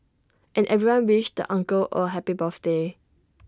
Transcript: and everyone wished the uncle A happy birthday